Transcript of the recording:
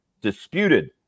disputed